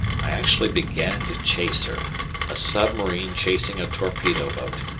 i actually began to chase her a submarine chasing a torpedo boat!